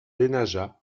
denaja